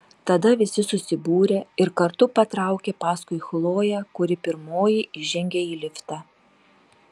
tada visi susibūrė ir kartu patraukė paskui chloję kuri pirmoji įžengė į liftą